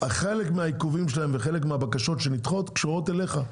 חלק מהעיכובים שלהם וחלק מהבקשות שנדחות קשורות אליך,